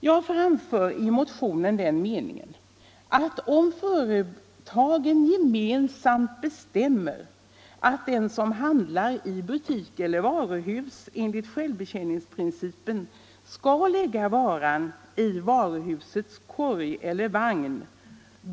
Jag framför i motionen det förslaget att företagen gemensamt skall bestämma att den, som handlar i butik eller varuhus enligt självbetjäningsprincipen, skall lägga varan i varuhusets korg eller vagn.